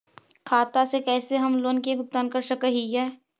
खाता से कैसे हम लोन के भुगतान कर सक हिय?